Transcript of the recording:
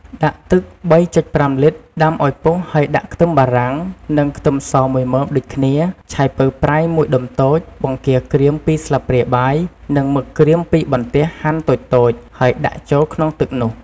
ដាក់ទឹក៣.៥លីត្រ ដាំឱ្យពុះហើយដាក់ខ្ទឹមបារាំង និងខ្ទឹមសមួយមើមដូចគ្នា ឆៃពៅប្រៃមួយដុំតូច បង្គាក្រៀម២ស្លាបព្រាបាយ និងមឹកក្រៀម២បន្ទះហាន់តូចៗ ហើយដាក់ចូលក្នុងទឹកនោះ។